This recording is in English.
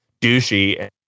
douchey